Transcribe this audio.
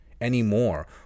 anymore